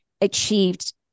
achieved